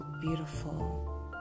beautiful